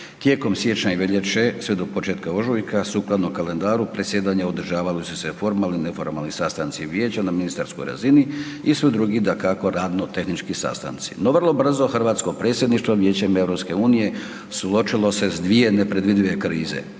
Tijekom siječnja i veljače sve do početka ožujka sukladno kalendaru predsjedanja održavali su se formalni i neformalni sastanci vijeća na ministarskoj razini i svi drugi dakako radno tehnički sastanci. No vrlo brzo Hrvatsko predsjedništvo Vijećem EU suočilo se s dvije nepredvidive krize.